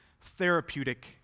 therapeutic